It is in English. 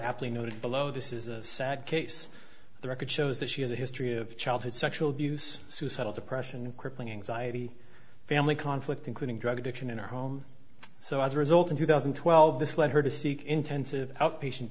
aptly noted below this is a sad case the record shows that she has a history of childhood sexual abuse suicidal depression crippling anxiety family conflict including drug addiction in her home so as a result in two thousand and twelve this led her to seek intensive outpatient